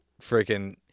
freaking